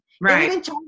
Right